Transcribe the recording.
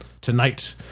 Tonight